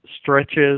stretches